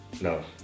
No